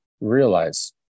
realize